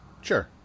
Sure